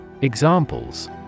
Examples